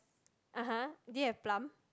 ah !huh! do you have plum